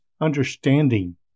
understanding